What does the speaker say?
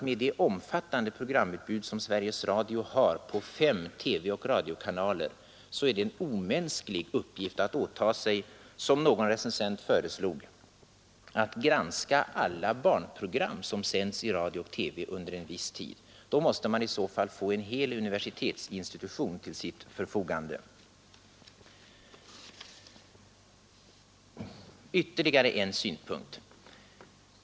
Med det omfattande programutbud som Sveriges Radio har på fem TV och radiokanaler är det en omänsklig uppgift att åta sig att — som någon recensent föreslog — granska t.ex. alla barnprogram som sänds i radio och TV under en viss tid. I så fall måste man få en hel universitetsinstitution till sitt förfogande! Ytterligare en synpunkt.